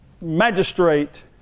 magistrate